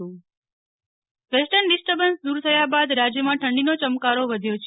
નેહલ ઠક્કર હવામાન western disturbance દૂર થયા બાદ રાજયમાં ઠંડીનો ચમકારો વધ્યો છે